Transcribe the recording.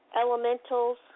elementals